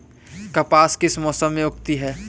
कपास किस मौसम में उगती है?